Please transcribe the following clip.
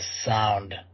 sound